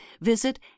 visit